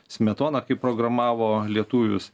smetoną kaip programavo lietuvius